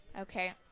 Okay